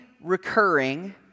recurring